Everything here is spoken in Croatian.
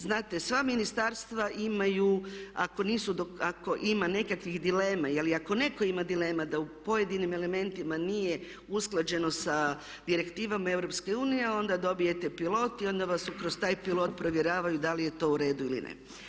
Znate sva ministarstva imaju ako ima nekakvih dilema ili ako netko ima dilema da u pojedinim elementima nije usklađeno sa direktivama EU onda dobijete pilot i onda vas kroz taj pilot provjeravaju da li je to u redu ili ne.